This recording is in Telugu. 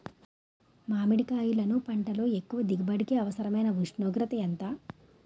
మామిడికాయలును పంటలో ఎక్కువ దిగుబడికి అవసరమైన ఉష్ణోగ్రత ఎంత?